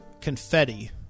confetti